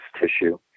tissue